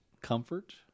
Comfort